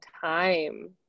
time